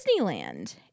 Disneyland